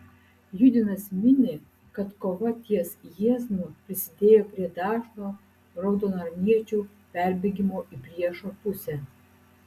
judinas mini kad kova ties jieznu prisidėjo prie dažno raudonarmiečių perbėgimo į priešo pusę